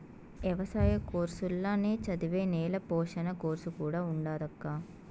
ఎవసాయ కోర్సుల్ల నే చదివే నేల పోషణ కోర్సు కూడా ఉండాదక్కా